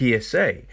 PSA